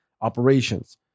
operations